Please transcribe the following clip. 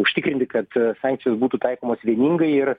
užtikrinti kad sankcijos būtų taikomos vieningai ir